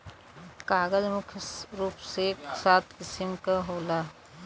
कागज मुख्य रूप से सात किसिम क होला